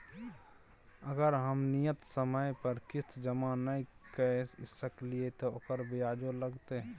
अगर हम नियत समय पर किस्त जमा नय के सकलिए त ओकर ब्याजो लगतै?